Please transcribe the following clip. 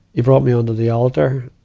he brought me under the alter,